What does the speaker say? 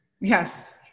Yes